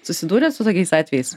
susidūrėt su tokiais atvejais